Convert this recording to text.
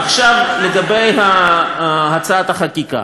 עכשיו לגבי הצעת החקיקה.